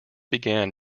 began